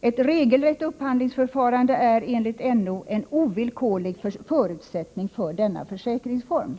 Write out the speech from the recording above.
Ett regelrätt upphandlingsförfarande är, enligt NO, en ovillkorlig förutsättning för denna försäkringsform.